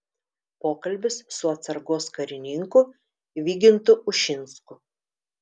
pokalbis su atsargos karininku vygintu ušinsku